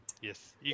Yes